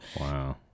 Wow